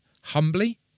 humbly